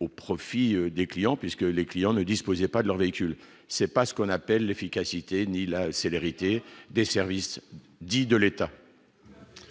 au profit des clients puisque les clients ne disposait pas de leur véhicule, c'est pas ce qu'on appelle l'efficacité ni la célérité des services dits de l'État.